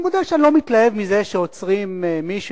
אני מודה שאני לא מתלהב מזה שעוצרים מישהו